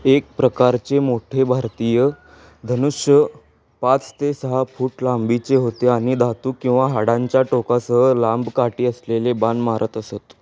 एक प्रकारचे मोठे भारतीय धनुष्य पाच ते सहा फूट लांबीचे होते आणि धातू किंवा हाडांच्या टोकासह लांब काठी असलेले बाण मारत असत